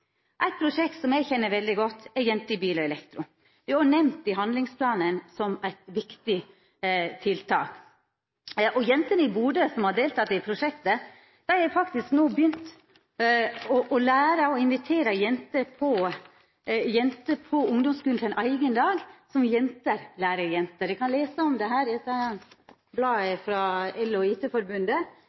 Eit prosjekt som eg kjenner veldig godt, er «Jenter i bil og elektro». Det er òg nemnt i handlingsplanen som eit viktig tiltak. Jentene i Bodø som har delteke i prosjektet, har faktisk no begynt å invitera jenter på ungdomsskulen til ein eigen dag – jenter lærer jenter. Ein kan lesa om det i bladet frå